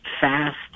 fast